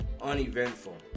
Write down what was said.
uneventful